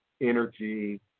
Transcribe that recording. energy